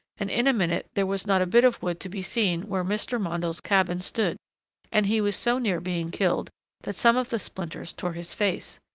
and in a minute there was not a bit of wood to be seen where mr. mondle's cabin stood and he was so near being killed that some of the splinters tore his face.